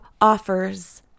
offers